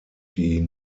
die